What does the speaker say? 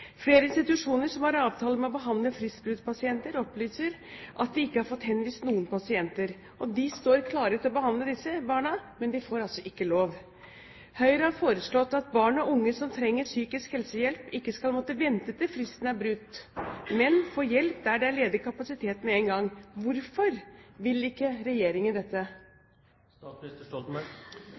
Flere institusjoner som har avtale om å behandle fristbruddspasienter, opplyser at de ikke har fått henvist noen pasienter. De står klare til å behandle disse barna, men de får altså ikke lov. Høyre har foreslått at barn og unge som trenger psykisk helsehjelp, ikke skal måtte vente til fristen er brutt, men få hjelp der det er ledig kapasitet med én gang. Hvorfor vil ikke regjeringen dette?